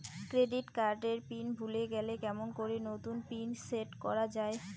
Credit card এর PIN ভুলে গেলে কেমন করি নতুন পিন সেট করা য়ায়?